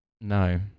no